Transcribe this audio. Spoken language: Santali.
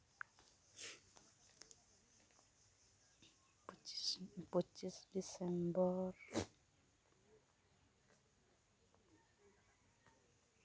ᱯᱚᱪᱤᱥ ᱯᱚᱪᱤᱥ ᱰᱤᱥᱮᱢᱵᱚᱨ